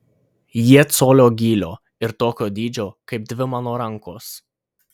jie colio gylio ir tokio dydžio kaip dvi mano rankos